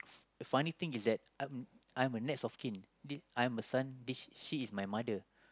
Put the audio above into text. funny thing is that I'm I'm a next of kin this I'm her son this she is my mother